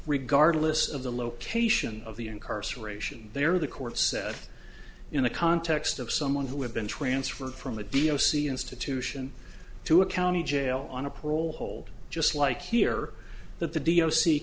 regardless of the location of the incarceration there the court said in the context of someone who had been transferred from the d o c institution to a county jail on a parole hold just like here that the d o c